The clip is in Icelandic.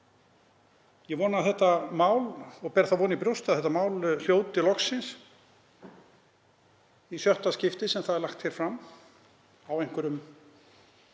að nýju. Ég ber þá von í brjósti að þetta mál hljóti loksins, í sjötta skipti sem það er lagt hér fram á einhverjum